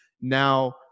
now